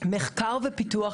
מחקר ופיתוח